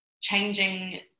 changing